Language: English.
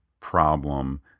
problem